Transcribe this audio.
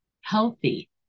healthy